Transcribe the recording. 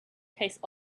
tastes